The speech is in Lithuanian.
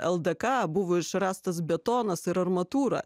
ldk buvo išrastas betonas ir armatūra